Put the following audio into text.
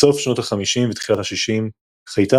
בסוף שנות ה-50 ותחילת ה-60 חייתה